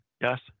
Yes